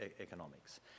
economics